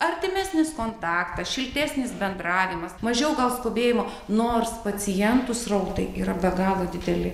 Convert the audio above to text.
artimesnis kontaktas šiltesnis bendravimas mažiau gal skubėjimo nors pacientų srautai yra be galo dideli